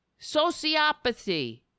Sociopathy